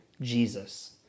Jesus